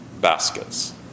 baskets